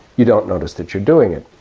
you don't notice that you're doing it.